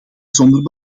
zonder